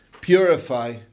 purify